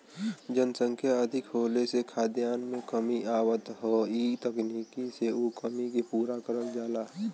जनसंख्या अधिक होले से खाद्यान में कमी आवत हौ इ तकनीकी से उ कमी के पूरा करल जाला